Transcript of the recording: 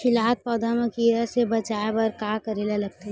खिलत पौधा ल कीरा से बचाय बर का करेला लगथे?